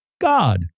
God